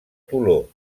toló